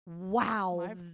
wow